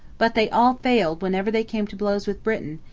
but they all failed whenever they came to blows with britain,